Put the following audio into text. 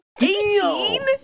18